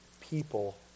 people